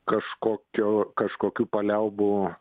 kažkokio kažkokių paliaubų